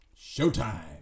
showtime